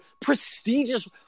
prestigious